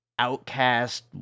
Outcast